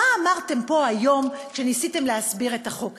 מה אמרתם פה היום כשניסיתם להסביר את החוק הזה.